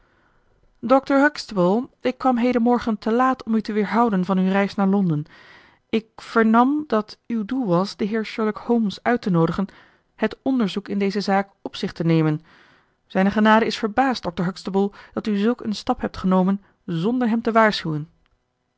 dr huxtable ik kwam heden morgen te laat om u te weerhouden van uw reis naar londen ik vernam dat uw doel was den heer sherlock holmes uit te noodigen het onderzoek in deze zaak op zich te nemen zijne genade is verbaasd dr huxtable dat u zulk een stap hebt genomen zonder hem te waarschuwen